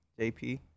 JP